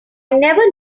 never